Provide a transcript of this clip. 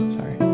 Sorry